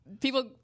people